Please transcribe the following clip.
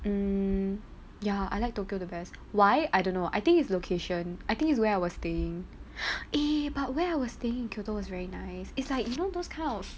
mm ya I like tokyo the best why I don't know I think is location I think is where I was staying eh but where I was staying in kyoto was very nice is like you know those kind of